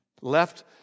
left